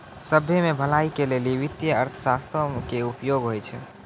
सभ्भे के भलाई के लेली वित्तीय अर्थशास्त्रो के उपयोग होय छै